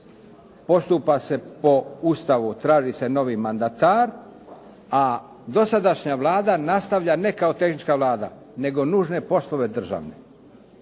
postupa se po Ustavu, traži se novi mandatar, a dosadašnja Vlada nastavlja ne kao tehnička Vlada, nego nužne poslove državne.